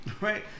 Right